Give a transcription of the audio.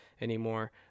anymore